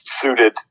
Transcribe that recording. suited